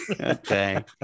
Okay